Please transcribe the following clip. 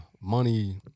money